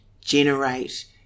generate